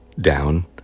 down